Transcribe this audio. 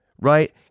right